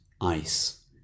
ice